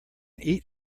eat